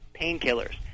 painkillers